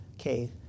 Okay